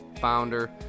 founder